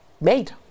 made